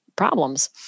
problems